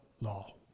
law